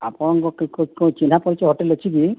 ଆପଣଙ୍କ କେଉଁ ଚିହ୍ନା ପରିଚୟ ହୋଟେଲ୍ ଅଛି କି